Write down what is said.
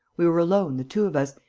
we were alone, the two of us,